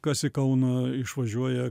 kas į kauną išvažiuoja